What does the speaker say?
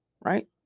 right